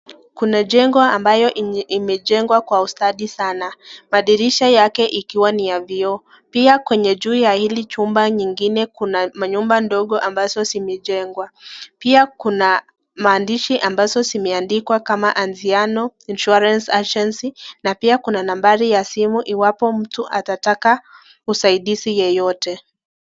Kuna jengo ambayo yenye imejengwa kwa ustadi sana. Madirisha yake ikiwa ni ya vioo, pia kwenye juu ya hili chumba nyingine kuna manyumba ndogo ambazo zimejengwa pia kuna maandishi ambazo zimeandikwa kama Anziano Insurance agency . Na pia kuna nambari ya simu iwapo mtu atataka usaidizi.